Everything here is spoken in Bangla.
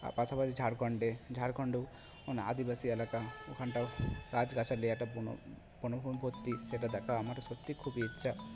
আর পাশাপাশি ঝাড়খন্ডে ঝাড়খন্ডও ওখানে আদিবাসী এলাকা ওখানটাও গাছগাছালি একটা বনো বনসম্পত্তি সেটা দেখার আমারও সত্যিই খুবই ইচ্ছা